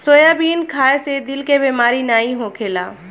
soybean खाए से दिल के बेमारी नाइ होखेला